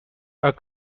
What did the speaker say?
are